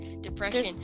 depression